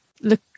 look